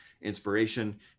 inspiration